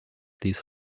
these